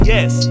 Yes